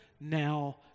now